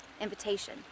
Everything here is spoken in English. invitation